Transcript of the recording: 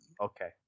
Okay